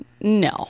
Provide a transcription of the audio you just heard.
No